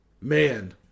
Man